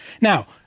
Now